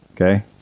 okay